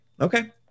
Okay